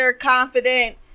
confident